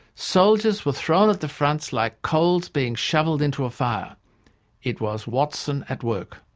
soldiers were thrown at the fronts like coals being shovelled into a fire it was watson at work.